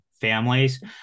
families